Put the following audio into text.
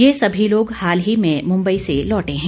ये सभी लोग हाल ही में मुंबई से लौटे हैं